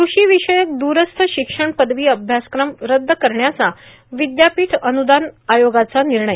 कृषी विषयक दूरस्थ शिक्षण पदवी अभ्यासक्रम रद्द करण्याचा विद्यापीठ अनुदान अन्रदान आयोगाचा निर्णय